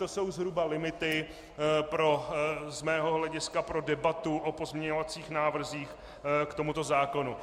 To jsou zhruba limity z mého hlediska pro debatu o pozměňovacích návrzích k tomuto zákonu.